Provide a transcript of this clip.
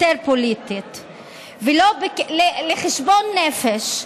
יותר פוליטית, לחשבון נפש,